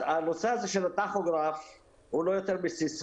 הנושא הזה של הטכוגרף הדיגיטלי הוא לא יותר מסיסמה.